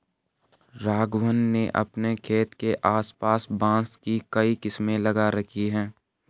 राघवन ने अपने खेत के आस पास बांस की कई किस्में लगा रखी हैं